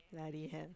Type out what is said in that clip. lari kan